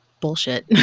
bullshit